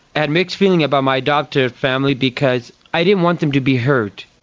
had mixed feelings about my adopted family because i didn't want them to be hurt,